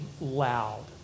loud